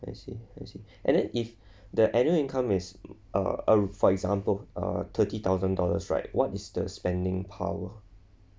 I see I see and then if the annual income is err a for example thirty thousand dollars right what is the spending power